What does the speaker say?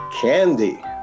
candy